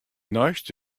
neist